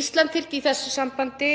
Ísland þyrfti í því sambandi